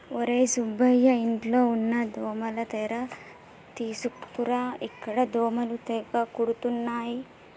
ఒర్రే సుబ్బయ్య ఇంట్లో ఉన్న దోమల తెర తీసుకురా ఇక్కడ దోమలు తెగ కుడుతున్నాయి